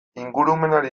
ingurumenari